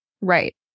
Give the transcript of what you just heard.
Right